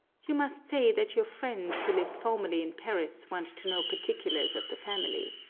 you must say that your friends, who lived formerly in paris, want to know particulars of the family.